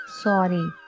sorry